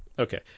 Okay